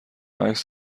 عکس